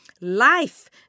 Life